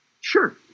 Sure